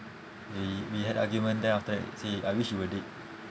we we had argument then after that say I wish you were dead